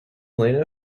lena